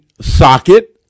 socket